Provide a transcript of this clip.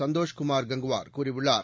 சந்தோஷ்குமார் கங்குவார் கூறியுள்ளார்